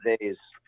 days